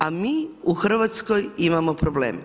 A mi u Hrvatskoj imamo problem.